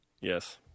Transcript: Yes